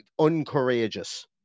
uncourageous